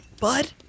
bud